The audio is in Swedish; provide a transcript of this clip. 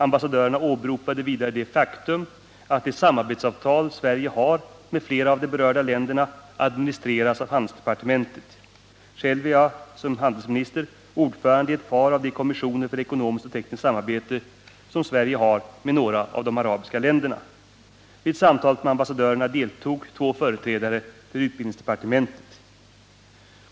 Ambassadörerna åberopade vidare det faktum att de samarbetsavtal Sverige har med flera av de berörda länderna administreras av handelsdepartementet. Själv är jag som handelsminister ordförande i ett par av de kommissioner för ekonomiskt och tekniskt samarbete som Sverige har med några av de arabiska länderna. Vid samtalet med ambassadörerna deltog två företrädare för utbildningsdepartementet.